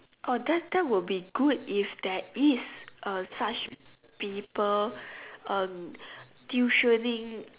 oh that that will be good if there is uh such people um tuitioning